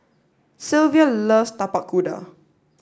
Silvia loves Tapak Kuda